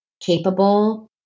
capable